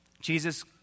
Jesus